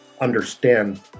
understand